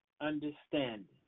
understanding